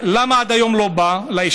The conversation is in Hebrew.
למה עד היום זה לא בא לאישור?